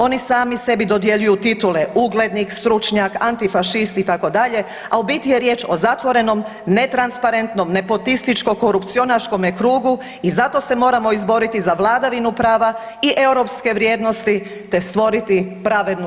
Oni sami sebi dodjeljuju titule uglednik, stručnjak, antifašist, itd., a u biti je riječ o zatvorenom, netransparentnom, nepotističkom, korupcionaškome krugu i zato se moramo izboriti za vladavinu prava i europske vrijednosti te stvoriti pravednu